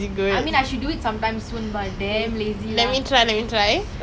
honestly did you know during secondary school I used to bake brownies all the time and bring it to school